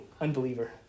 unbeliever